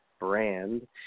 brand